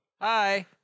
Hi